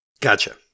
Gotcha